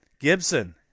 Gibson